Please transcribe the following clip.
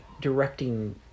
directing